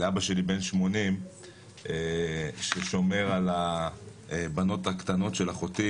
לאבא שלי בן ה-80 ששומר על הבנות הקטנות של אחותי